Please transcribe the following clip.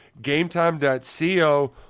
gametime.co